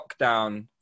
lockdown